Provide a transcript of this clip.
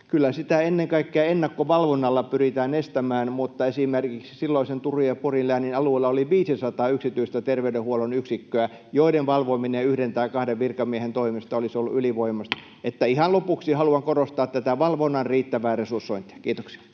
kyllä sitä ennen kaikkea ennakkovalvonnalla pyritään estämään, mutta esimerkiksi silloisen Turun ja Porin läänin alueella oli 500 yksityistä terveydenhuollon yksikköä, joiden valvominen yhden tai kahden virkamiehen toimesta olisi ollut ylivoimaista. [Puheenjohtaja koputtaa] Eli ihan lopuksi haluan korostaa tätä valvonnan riittävää resursointia. — Kiitoksia.